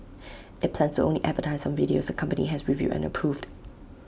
IT plans to only advertise on videos the company has reviewed and approved